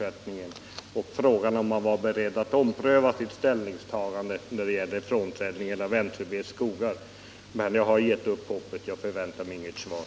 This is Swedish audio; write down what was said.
Är man beredd att ompröva ställningstagandet i fråga om frånträdandet av NCB:s skogar? Men jag har givit upp hoppet, jag väntar mig inget svar.